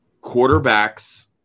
quarterbacks